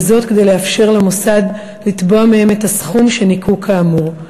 וזאת כדי לאפשר למוסד לתבוע מהם את הסכום שניכו כאמור.